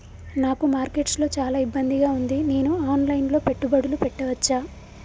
నాకు మార్కెట్స్ లో చాలా ఇబ్బందిగా ఉంది, నేను ఆన్ లైన్ లో పెట్టుబడులు పెట్టవచ్చా?